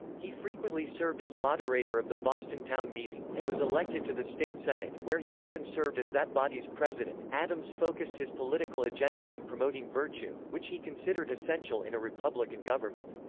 he frequently served as moderator of the boston town meeting, and was elected to the state senate, where he often served as that body's president adams focused his political agenda on promoting virtue, which he considered essential in a republican government.